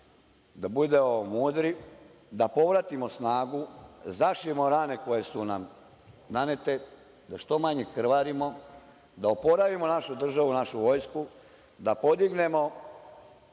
da budemo mudri, da povratimo snagu, da zašijemo rane koje su nam nanete, da što manje krvarimo, da oporavimo naše državu, našu vojsku, do podignemo